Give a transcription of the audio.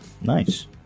Nice